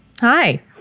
Hi